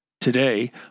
Today